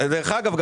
דרך אגב,